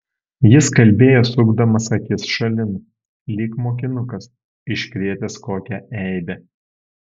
jis kalbėjo sukdamas akis šalin lyg mokinukas iškrėtęs kokią eibę